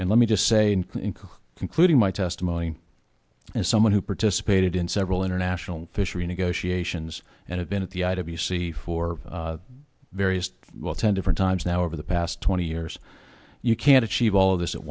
and let me just say include including my testimony as someone who participated in several international fishery negotiations and have been at the i w c for various well ten different times now over the past twenty years you can't achieve all of this